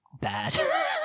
bad